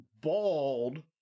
bald